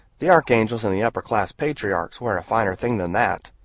the archangels and the upper-class patriarchs wear a finer thing than that.